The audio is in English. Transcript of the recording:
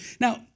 Now